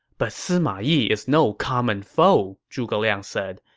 but sima yi is no common foe, zhuge liang said.